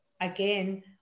Again